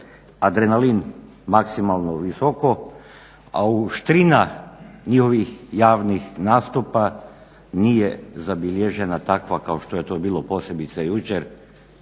adrenalin maksimalno visoko, a oštrina njihovih javnih nastupa nije zabilježena kao što je to bilo posebice jučer